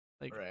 Right